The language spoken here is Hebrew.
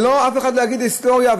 אף אחד לא יגיד, היסטוריה,